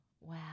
Wow